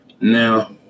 Now